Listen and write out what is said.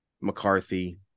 McCarthy